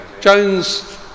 Jones